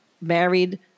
married